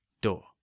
door